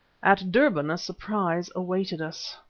at durban a surprise awaited us